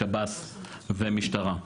שב"ס ומשטרה.